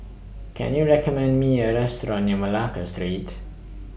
Can YOU recommend Me A Restaurant near Malacca Street